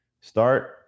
Start